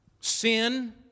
sin